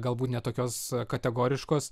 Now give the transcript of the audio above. galbūt ne tokios kategoriškos